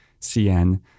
CN